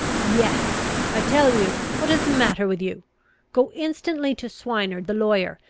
yes i tell you what is the matter with you go instantly to swineard, the lawyer,